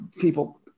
people